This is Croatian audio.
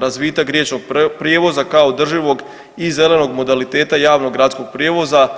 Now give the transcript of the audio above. Razvitak riječnog prijevoza kao održivog i zelenog modaliteta javnog gradskog prijevoza